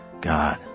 God